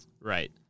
Right